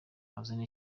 azana